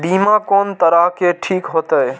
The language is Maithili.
बीमा कोन तरह के ठीक होते?